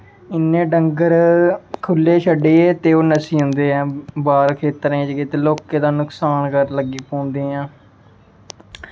इ'यां डंगर खु'ल्ले छड्डियै ते ओह् नस्सी जंदे ऐ बाह्र खेत्तरें च ते लोकें दा नुकसान करन लग्गी पौंदे ऐ